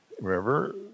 Remember